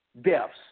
deaths